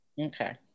Okay